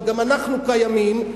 אבל גם אנחנו קיימים.